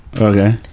okay